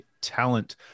talent